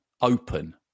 open